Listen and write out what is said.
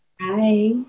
Hi